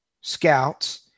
scouts